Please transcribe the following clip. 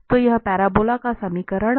तो यह पैराबोला का समीकरण है